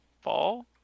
fall